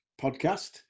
podcast